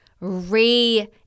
re-